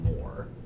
more